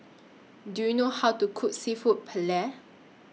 Do YOU know How to Cook Seafood Paella